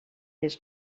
his